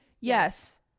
yes